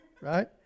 right